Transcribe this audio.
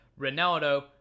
Ronaldo